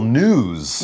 news